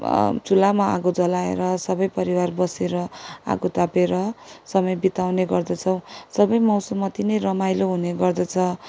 चुल्हामा आगो जलाएर सबै परिवार बसेर आगो तापेर समय बिताउने गर्दछौँ सबै मौसम नै अति रमाइलो हुने गर्दछ